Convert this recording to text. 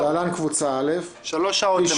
(להלן, קבוצה א') -- שלוש שעות.